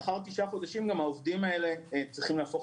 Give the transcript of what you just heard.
לאחר 9 חודשים העובדים האלה צריכים להפוך